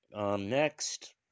Next